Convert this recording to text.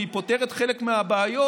והיא פותרת חלק מהבעיות,